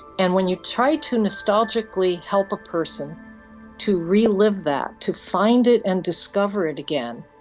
and when you try to nostalgically help a person to relive that, to find it and discover it again,